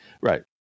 Right